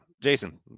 Jason